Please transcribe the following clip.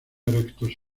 erectos